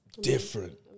different